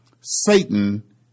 Satan